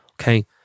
Okay